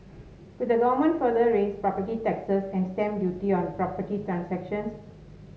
could the Government further raise property taxes and stamp duty on property transactions